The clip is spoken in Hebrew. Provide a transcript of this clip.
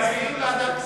ועדת כספים.